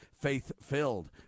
faith-filled